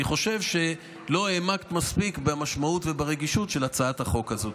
אני חושב שלא העמקת מספיק במשמעות וברגישות של הצעת החוק הזאת.